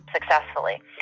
successfully